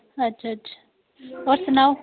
अच्छा अच्छा होर सनाओ